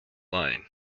line